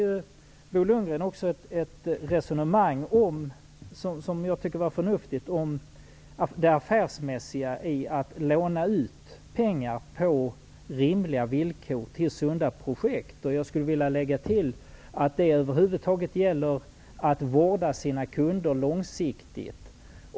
Bo Lundgren förde också ett förnuftigt resonemang om det affärsmässiga i att låna ut pengar på rimliga villkor till sunda projekt. Jag skulle vilja lägga till att det över huvud taget gäller att vårda sina kunder långsiktigt.